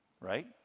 Right